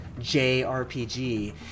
JRPG